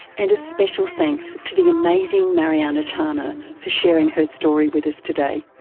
and a special thanks to the amazing mariana tana for sharing her story with us today.